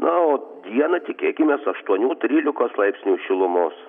na o dieną tikėkimės aštuonių trylikos laipsnių šilumos